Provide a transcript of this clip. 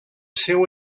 seu